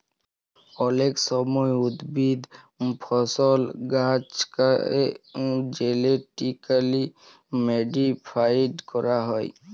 অলেক সময় উদ্ভিদ, ফসল, গাহাচলাকে জেলেটিক্যালি মডিফাইড ক্যরা হয়